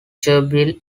gerbil